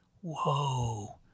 Whoa